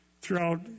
throughout